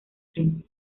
tren